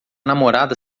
namorada